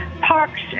Parks